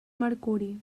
mercuri